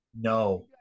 No